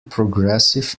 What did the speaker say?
progressive